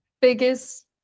biggest